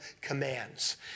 commands